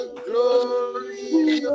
glory